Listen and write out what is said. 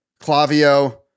Clavio